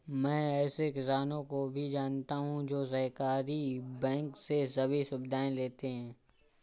मैं ऐसे किसानो को भी जानता हूँ जो सहकारी बैंक से सभी सुविधाएं लेते है